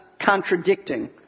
contradicting